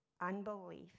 unbelief